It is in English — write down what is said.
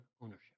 ownership